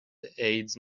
ایدز